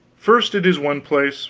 first it is one place